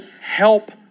Help